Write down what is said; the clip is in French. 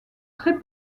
très